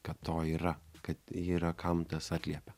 kad to yra kad yra kam tas atliepia